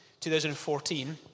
2014